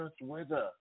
weather